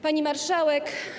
Pani Marszałek!